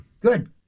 Good